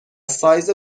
سایز